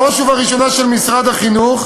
בראש ובראשונה של משרד החינוך,